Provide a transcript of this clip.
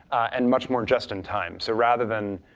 and much more just in time. so rather than